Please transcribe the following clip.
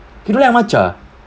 you don't like matcha